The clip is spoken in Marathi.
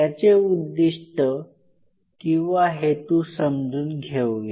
याचे उद्दीष्टे किंवा हेतू समजून घेऊया